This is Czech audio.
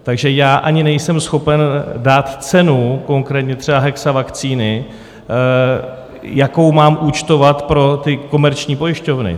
Takže já ani nejsem schopen dát konkrétní cenu třeba Hexavakcíny, jakou mám účtovat pro ty komerční pojišťovny.